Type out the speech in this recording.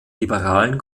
liberalen